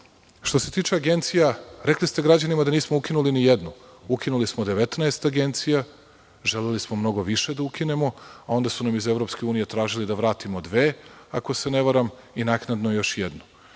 se tiče agencija, rekli ste građanima da nismo ukinuli ni jednu. Ukinuli smo 19 agencija. Želeli smo mnogo više da ukinemo. Iz EU su nam tražili da vratimo dve, ako se ne varam, i naknadno još jednu.